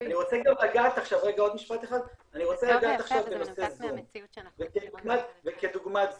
אני רוצה לגעת עכשיו בנושא זום וכדוגמת זום.